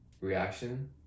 reaction